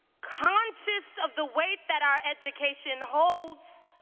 conscious of the weight that our education holds.